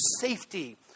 safety